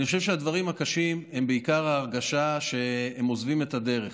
אני חושב שהדברים הקשים הם בעיקר ההרגשה שהם עוזבים את הדרך